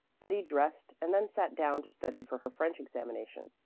betty dressed and then sat down to study for her french examination,